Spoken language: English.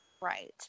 Right